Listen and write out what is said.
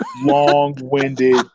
long-winded